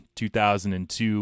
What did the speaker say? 2002